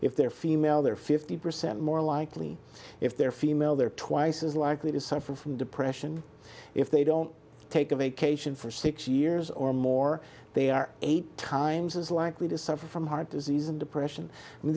if they're female they're fifty percent more likely if they're female they're twice as likely to suffer from depression if they don't take a vacation for six years or more they are eight times as likely to suffer from heart disease and depression and